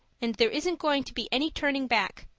and there isn't going to be any turning back.